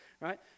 right